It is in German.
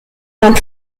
von